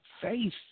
faith